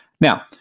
Now